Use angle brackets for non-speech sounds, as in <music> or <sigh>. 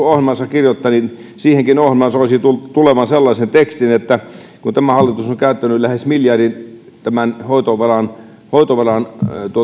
<unintelligible> ohjelmaansa kirjoittaa siihenkin ohjelmaan soisi tulevan sellaisen tekstin että kun tämä hallitus on käyttänyt lähes miljardin hoitovelan hoitovelan